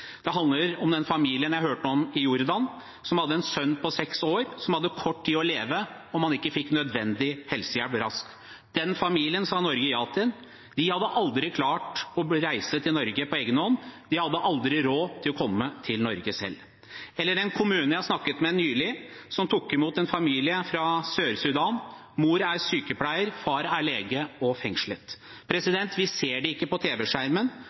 Det handler om den familien jeg hørte om i Jordan, som hadde en sønn på seks år som hadde kort tid igjen å leve om han ikke fikk nødvendig helsehjelp raskt. Den familien sa Norge ja til. De hadde aldri klart å reise til Norge på egen hånd, de hadde aldri hatt råd til å komme til Norge selv. Eller hva med den kommunen jeg snakket med nylig, som tok imot en familie fra Sør-Sudan der mor er sykepleier og far er lege – og fengslet. Vi ser det ikke på